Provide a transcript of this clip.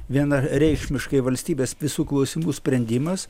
vienareikšmiškai valstybės visų klausimų sprendimas